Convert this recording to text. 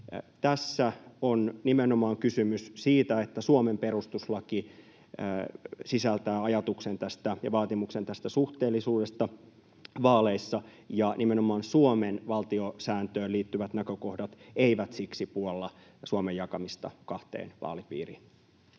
Tässä on nimenomaan kysymys siitä, että Suomen perustuslaki sisältää ajatuksen ja vaatimuksen suhteellisuudesta vaaleissa. Nimenomaan Suomen valtiosääntöön liittyvät näkökohdat eivät siksi puolla Suomen jakamista kahteen vaalipiiriin.